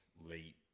late